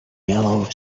yellow